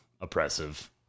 oppressive